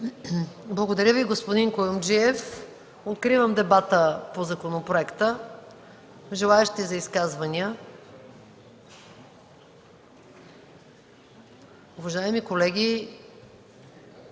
Благодаря Ви, господин Куюмджиев. Откривам дебатите по законопроекта. Желаещи за изказвания? Уважаеми колеги,